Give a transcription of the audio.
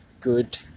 good